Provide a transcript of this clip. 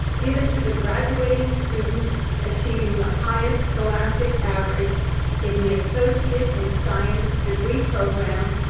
given to the graduating student achieving the highest scholastic average in the associate in science degree program,